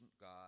God